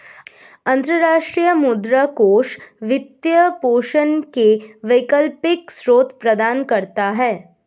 अंतर्राष्ट्रीय मुद्रा कोष वित्त पोषण के वैकल्पिक स्रोत प्रदान करता है